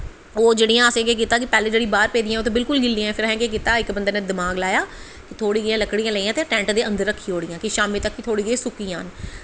ओह् असें केह् कीता कि पैह्लैं जेह्ड़ियां बाह्र पेदियां हां ओह् ते बिल्कुल गिल्लियां हां फिर असें केह् कीता इक बंदे नै दमाक लाया थोह्ड़ियां जेहियां लकड़ियां लेइयै ते टैंट दे अन्दर रक्खी ओड़ियां कि थोह्ड़ियां जां सुक्की जान